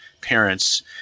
parents